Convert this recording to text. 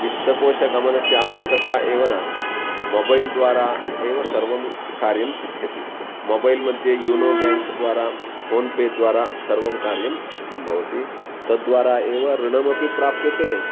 विस्तकोषागमनस्य आवश्यकता एव नास्ति मोबैल्द्वारा एव सर्वं कार्यं सिध्यति मोबैल्मध्ये युनो बाङ्क्द्वारा फ़ोन् पेद्वारा सर्वं कार्यं सिद्धं भवति तद्द्वारा एव ऋणमपि प्राप्यते